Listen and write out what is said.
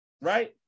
right